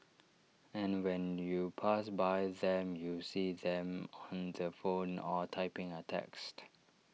and when you pass by them you see them on the phone or typing A text